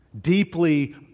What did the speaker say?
deeply